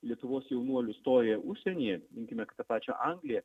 lietuvos jaunuolių stoja užsienyje imkime tą pačią angliją